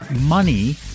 money